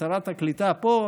שרת הקליטה פה,